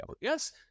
Yes